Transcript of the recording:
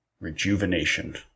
rejuvenation